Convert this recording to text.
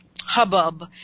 hubbub